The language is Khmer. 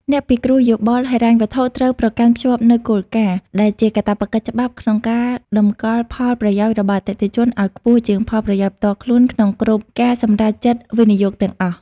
អ្នកពិគ្រោះយោបល់ហិរញ្ញវត្ថុត្រូវប្រកាន់ខ្ជាប់នូវគោលការណ៍ ដែលជាកាតព្វកិច្ចច្បាប់ក្នុងការតម្កល់ផលប្រយោជន៍របស់អតិថិជនឱ្យខ្ពស់ជាងផលប្រយោជន៍ផ្ទាល់ខ្លួនក្នុងគ្រប់ការសម្រេចចិត្តវិនិយោគទាំងអស់។